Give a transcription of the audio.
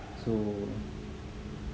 so